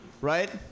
right